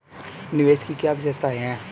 निवेश की क्या विशेषता है?